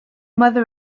mother